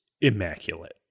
immaculate